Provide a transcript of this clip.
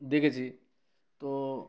দেখেছি তো